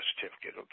certificate